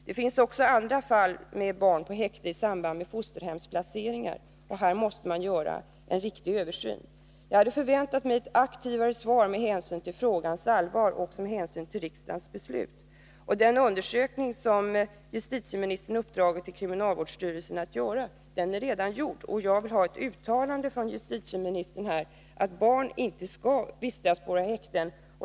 Det finns också andra fall med barn på häkte i samband med fosterhemsplaceringar, och här måste man göra en riktig översyn. Jag hade förväntat mig ett mera aktivt svar med hänsyn till frågans allvar Nr 72 och också med hänsyn till riksdagens beslut. Den undersökning som Torsdagen den justitieministern har uppdragit åt kriminalvårdsstyrelsen att göra är redan 4 februari 1982 gjord, och jag vill ha ett uttalande från justitieministern att barn inte skall vistas på våra häkten.